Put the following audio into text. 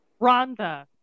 Rhonda